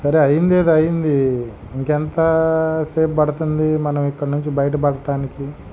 సరే అయ్యిందేదో అయ్యింది ఇంకెంత సేపు పడుతుంది మనం ఇక్కడనుంచి బయటపడటానికి